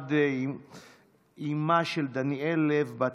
מעמד אימה של דניאל בת השבע.